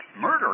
Murder